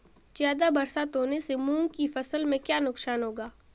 ज़्यादा बरसात होने से मूंग की फसल में क्या नुकसान होगा?